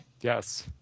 Yes